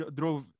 drove